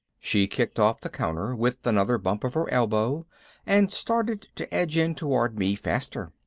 she kicked off the counter with another bump of her elbow and started to edge in toward me faster.